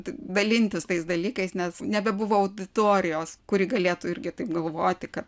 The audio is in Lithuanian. dalintis tais dalykais nes nebebuvo auditorijos kuri galėtų irgi taip galvoti kad